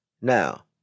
Now